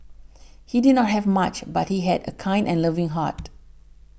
he did not have much but he had a kind and loving heart